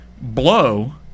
Blow